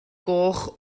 goch